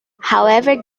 however